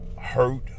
hurt